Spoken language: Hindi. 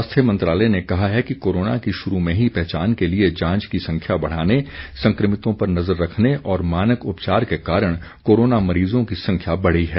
स्वास्थ्य मंत्रालय ने कहा है कि कोरोना की शुरू में ही पहचान के लिए जांच की संख्या बढ़ाने संक्रमितों पर नजर रखने और मानक उपचार के कारण कोरोना मरीजों की संख्या बढ़ी है